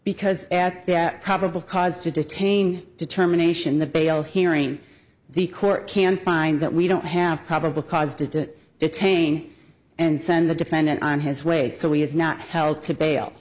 because at that probable cause to detain determination the bail hearing the court can find that we don't have probable cause did it detain and send the defendant on his way so he is not held to bail